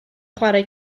chwarae